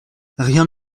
rien